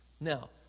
Now